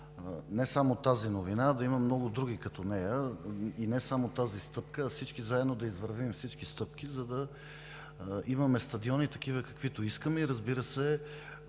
не само тази новина, но да има и много други като нея. И не само тази стъпка, а всички заедно да извървим всички стъпки, за да имаме такива стадиони, каквито искаме. Разбира се,